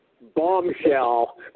bombshell